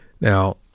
Now